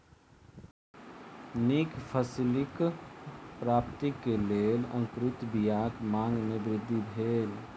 नीक फसिलक प्राप्ति के लेल अंकुरित बीयाक मांग में वृद्धि भेल